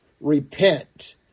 Repent